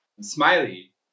Smiley